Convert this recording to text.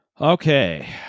Okay